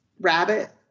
rabbit